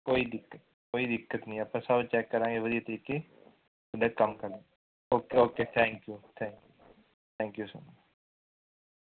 ਕੋਈ ਦਿੱਕਤ ਨਹੀਂ ਕੋਈ ਦਿੱਕਤ ਨਹੀਂ ਆਪਾਂ ਸਭ ਚੈੱਕ ਕਰਾਂਗੇ ਵਧੀਆ ਤਰੀਕੇ okay okay thank you thank you thank you so much